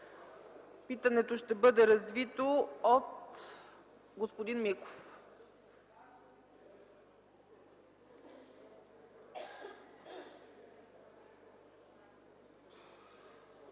Питането ще бъде развито от господин Миков.